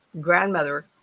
grandmother